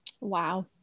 Wow